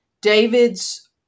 David's